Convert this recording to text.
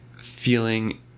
feeling